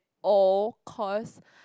all cause